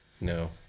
No